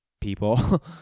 people